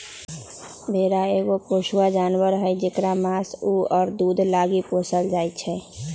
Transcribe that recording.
भेड़ा एगो पोसुआ जानवर हई जेकरा मास, उन आ दूध लागी पोसल जाइ छै